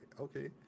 Okay